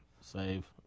Save